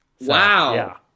Wow